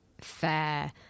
fair